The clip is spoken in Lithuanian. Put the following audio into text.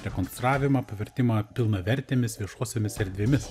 rekonstravimą pavertimą pilnavertėmis viešosiomis erdvėmis